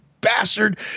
bastard